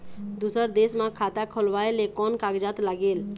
दूसर देश मा खाता खोलवाए ले कोन कागजात लागेल?